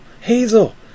Hazel